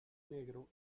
negro